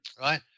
right